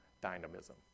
dynamism